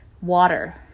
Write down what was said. water